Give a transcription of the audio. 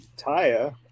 Taya